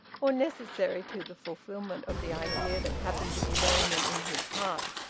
or necessary to the fulfilment of the idea that happened to be reigning in his heart.